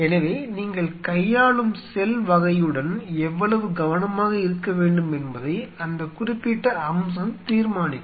எனவே நீங்கள் கையாளும் செல் வகையுடன் எவ்வளவு கவனமாக இருக்க வேண்டும் என்பதை அந்த குறிப்பிட்ட அம்சம் தீர்மானிக்கும்